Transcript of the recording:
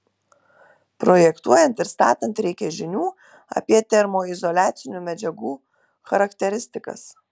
projektuojant ir statant reikia žinių apie termoizoliacinių medžiagų charakteristikas